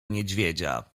niedźwiedzia